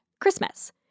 Christmas